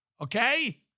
Okay